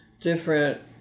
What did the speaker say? different